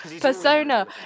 persona